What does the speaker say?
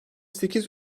sekiz